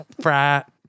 frat